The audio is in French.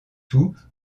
tout